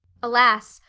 alas!